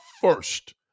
first